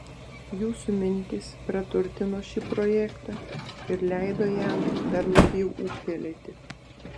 jūsų mintys praturtino šį projektą ir leido jam dar labiau ūgtelėti